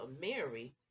Mary